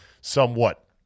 somewhat